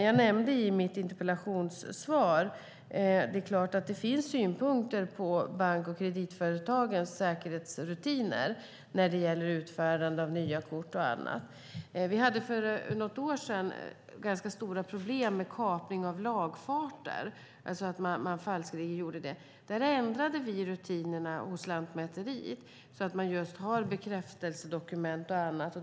Jag nämnde det i mitt interpellationssvar. Det finns synpunkter på bankers och kreditföretags säkerhetsrutiner när det gäller utfärdande av nya kort och annat. Vi hade för något år sedan ganska stora problem med kapning av lagfarter, det vill säga att man falskeligen gjorde det. Där ändrade vi rutinerna hos Lantmäteriet så att man har bekräftelsedokument och annat.